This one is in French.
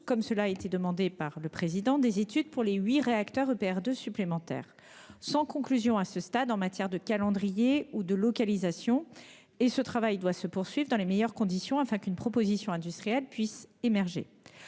EDF a engagé, depuis février 2022, des études pour huit réacteurs EPR 2 supplémentaires, sans conclusion à ce stade en matière de calendrier ou de localisation, et ce travail doit se poursuivre dans les meilleures conditions, afin qu'une proposition industrielle puisse émerger.